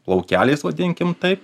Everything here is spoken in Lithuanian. plaukeliais vadinkim taip